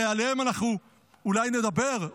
הרי עליהן אנחנו אולי נדבר,